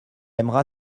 aimera